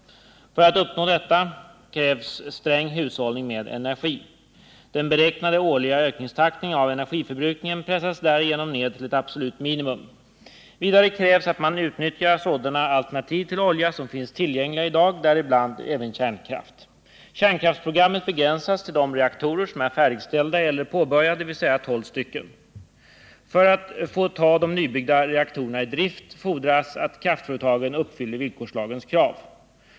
För att uppnå detta krävs sträng hushållning med energi. Den beräknade årliga ökningstakten av energiförbrukningen pressas därigenom ned till ett absolut minimum. Vidare krävs att man utnyttjar sådana alternativ till olja som finns tillgängliga i dag, däribland även kärnkraft. Kärnkraftsprogrammet begränsas till de reaktorer som är färdigställda eller påbörjade, dvs. tolv stycken. För att få ta de nybyggda reaktorerna i drift fordras att kraftföretagen uppfyller villkorslagens krav.